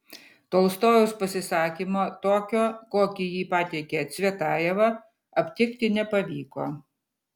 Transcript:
tolstojaus pasisakymo tokio kokį jį pateikė cvetajeva aptikti nepavyko